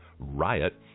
riot